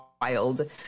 wild